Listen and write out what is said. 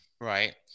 Right